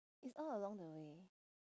it's all along the way